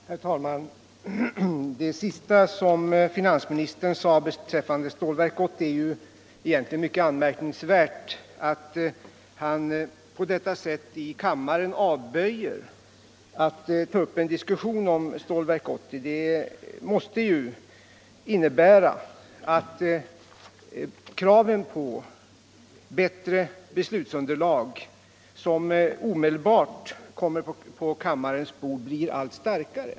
Herr talman! Vad beträffar det sista som finansministern sade om Stålverk 80 är det egentligen mycket anmärkningsvärt att han avböjer att ta upp en diskussion om stålverket. Det måste innebära att kravet på att ett bättre beslutsunderlag omedelbart läggs på kammarens bord blir allt starkare.